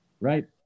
right